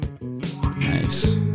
nice